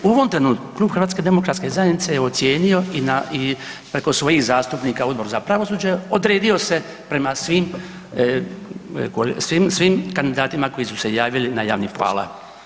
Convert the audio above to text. U ovom trenutku Klub HDZ-a je ocijenio i na, i preko svojih zastupnika Odbor za pravosuđe odredio se prema svim kandidatima koji su se javili na javni poziv.